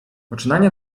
poczynania